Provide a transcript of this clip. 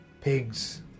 Pigs